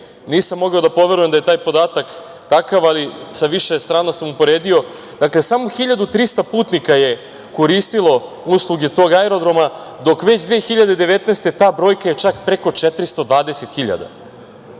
nisam mogao da poverujem da je taj podatak takav, ali sa više strana sam uporedio, samo 1.300 putnika je koristilo usluge tog aerodroma dok već 2019. godine ta brojka je čak preko 420.000.Ako